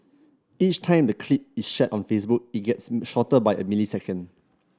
each time the clip is shared on Facebook it gets shorter by a millisecond